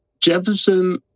jefferson